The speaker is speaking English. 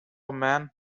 man